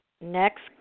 Next